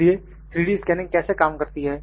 इसलिए 3D scanning कैसे काम करती है